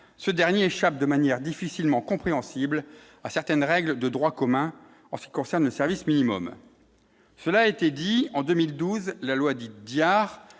ce dernier de manière difficilement compréhensible à certaines règles de droit commun en ce qui concerne le service minimum, cela a été dit en 2012, la loi dite Diar